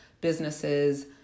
businesses